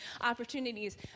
opportunities